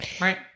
Right